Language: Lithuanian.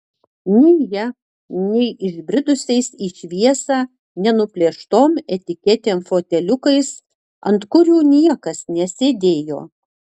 nei ja nei išbridusiais į šviesą nenuplėštom etiketėm foteliukais ant kurių niekas nesėdėjo